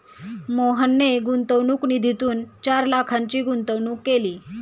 मोहनने गुंतवणूक निधीतून चार लाखांची गुंतवणूक केली